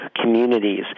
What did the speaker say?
communities